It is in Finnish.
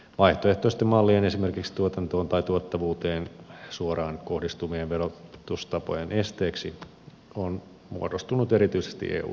vaihtoehtoisten mallien esimerkiksi tuotantoon tai tuottavuuteen suoraan kohdistuvien verotustapojen esteeksi on muodostunut erityisesti eu sääntely